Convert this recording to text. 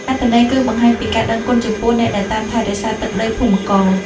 អត្ថន័យគឺបង្ហាញពីការដឹងគុណចំពោះអ្នកដែលតាមថែរក្សាទឹកដីភូមិករ។